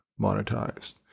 monetized